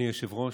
אדוני היושב-ראש,